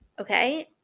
okay